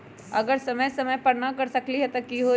अगर समय समय पर न कर सकील त कि हुई?